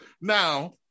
Now